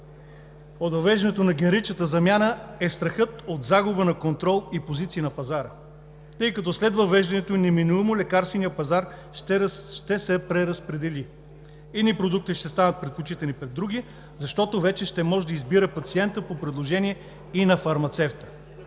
от въвеждането на генеричната замяна е страхът от загуба на контрол и позиции на пазара, тъй като след въвеждането ѝ неминуемо лекарственият пазар ще се преразпредели. Едни продукти ще станат предпочитани пред други, защото вече ще може да избира пациентът по предложение и на фармацевта.